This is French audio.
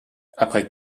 après